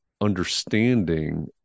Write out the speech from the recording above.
understanding